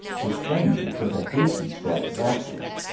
the stranger took a hasty step backward.